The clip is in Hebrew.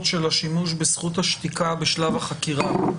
של השימוש בזכות השתיקה בשלב החקירה,